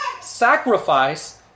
sacrifice